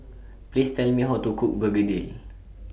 Please Tell Me How to Cook Begedil